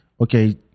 Okay